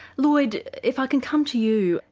lloyd if i can come to you,